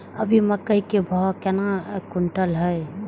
अभी मक्का के भाव केना क्विंटल हय?